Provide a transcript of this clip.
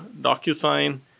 docu-sign